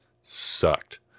sucked